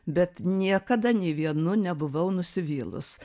bet niekada nei vienu nebuvau nusivylus